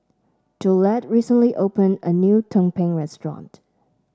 Jolette recently opened a new tumpeng restaurant